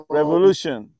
revolution